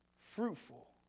fruitful